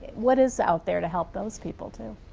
what is out there to help those people too?